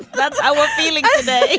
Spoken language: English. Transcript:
but i what, feeling good?